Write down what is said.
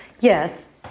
Yes